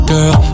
Girl